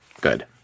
good